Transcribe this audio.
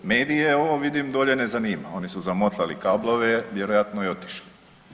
Medije ovo vidim, dolje ne zanima, oni su zamotali kablove, vjerojatno je otišao.